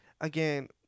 again